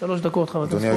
שלוש דקות, חבר הכנסת פולקמן.